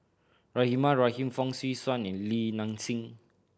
Rahimah Rahim Fong Swee Suan and Li Nanxing